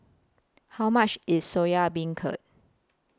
How much IS Soya Beancurd